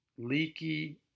leaky